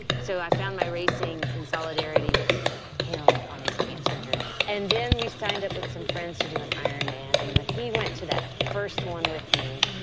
so i found my racing in solidarity with him on his cancer journey. and then we signed up with some friends to do an ironman and when he went to that first one with me,